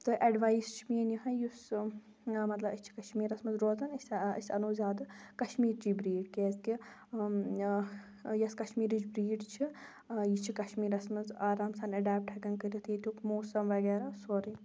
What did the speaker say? تہٕ اؠڈوایِز چھِ میٚٲنۍ یِہٕے یُس مَطلَب أسۍ چھِ کَشمیٖرَس منٛز روزان أسۍ اَنو زِیادٕ کَشمیٖرچِی بِریٖڈ کِیٛازِ کہِ یُس کَشمیٖرٕچ بِریٖڈ چھ یہِ چھِ کَشمیٖرَس منٛز آرام سان اؠڈیپٹ ہؠکان کٔرِتھ ییٚتیُک موسَم وَغیرَہ سورُے